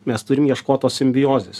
mes turim ieškot tos simbiozės